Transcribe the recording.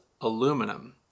aluminum